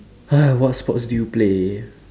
!huh! what sports do you play